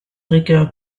regard